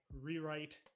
rewrite